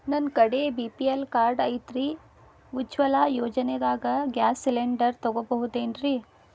ನನ್ನ ಕಡೆ BPL card ಐತ್ರಿ, ಉಜ್ವಲಾ ಯೋಜನೆದಾಗ ಗ್ಯಾಸ್ ಸಿಲಿಂಡರ್ ತೊಗೋಬಹುದೇನ್ರಿ?